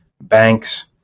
banks